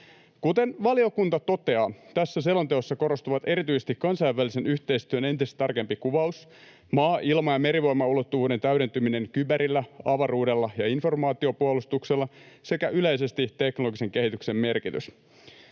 Kuten valiokunta toteaa, tässä selonteossa korostuvat erityisesti kansainvälisen yhteistyön entistä tarkempi kuvaus, maa-, ilma- ja merivoimaulottuvuuden täydentyminen kyberillä, avaruudella ja informaatiopuolustuksella sekä yleisesti teknologisen kehityksen merkitys.